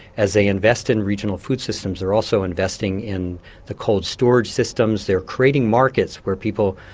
as they invest in regional food systems, they're also investing in the cold storage systems, they're creating markets where people,